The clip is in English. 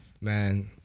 Man